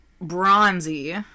Bronzy